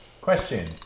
Question